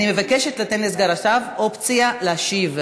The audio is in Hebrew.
אני מבקשת לתת לסגן השר אופציה להשיב.